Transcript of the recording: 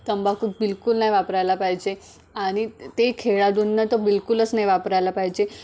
तंबाकू तर बिलकुल नाही वापरायला पाहिजे आणि ते खेळाडूंना तर बिलकुलच नाही वापरायला पाहिजे